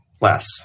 less